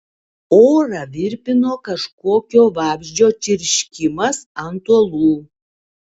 orą virpino kažkokio vabzdžio čirškimas ant uolų